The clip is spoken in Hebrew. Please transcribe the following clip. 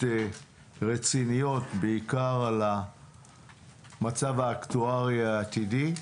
רציניות בעיקר על המצב האקטוארי העתידי.